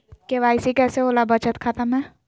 KYC कैसे होला बचत खाता में?